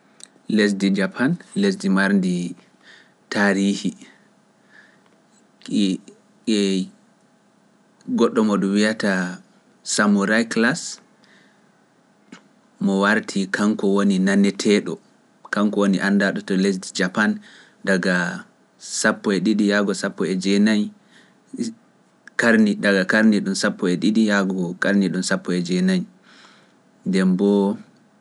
Lesdi japan lesdi mbarndi tarihi ki e goɗɗo mo ɗum wiyata Samurai class mo wartii kanko woni naneteeɗo kanko woni andaɗo to lesdi japan daga sappo e ɗiɗi yaago sappo e jeenayi karni daga karni ɗum sappo e ɗiɗi yaago karni ɗum sappo e jeenayi ndem mboo o